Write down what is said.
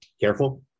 careful